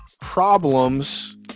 problems